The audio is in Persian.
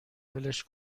ولش